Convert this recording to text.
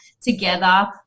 together –